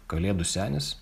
kalėdų senis